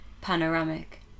panoramic